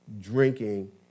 drinking